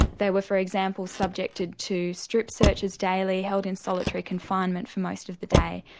they were, for example, subjected to strip searches daily, held in solitary confinement for most of the day,